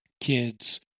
kids